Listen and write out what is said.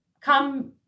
come